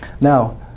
Now